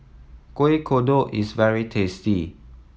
Kuih Kodok is very tasty